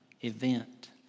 event